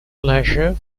leisure